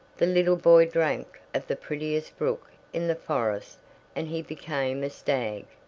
the little boy drank of the prettiest brook in the forest and he became a stag.